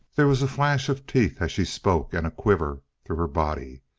there was a flash of teeth as she spoke, and a quiver through her body.